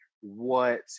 what-